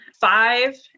five